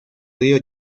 río